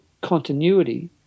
continuity